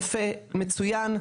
יפה ומצוין,